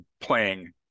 playing